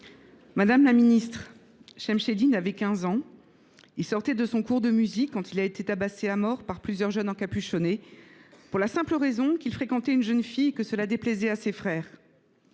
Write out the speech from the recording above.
Madame la ministre, Shemseddine avait 15 ans. Il sortait de son cours de musique quand il a été tabassé à mort par plusieurs jeunes encapuchonnés pour la simple raison qu’il fréquentait une jeune fille et que cela déplaisait aux frères